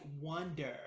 wonder